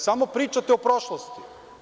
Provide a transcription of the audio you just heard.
Samo pričate o prošlosti.